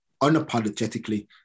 unapologetically